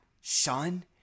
son